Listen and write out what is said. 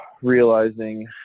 realizing